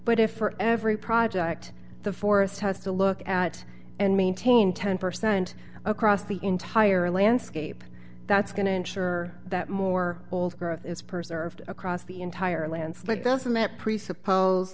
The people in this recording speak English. but if for every project the forest has to look at and maintain ten percent across the entire landscape that's going to ensure that more old growth is purser across the entire landscape doesn't it presuppose